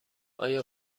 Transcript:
آیا